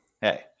hey